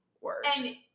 worse